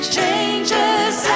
changes